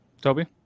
Toby